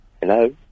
Hello